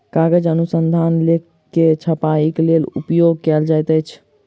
कागज अनुसंधान लेख के छपाईक लेल उपयोग कयल जाइत अछि